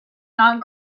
not